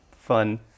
Fun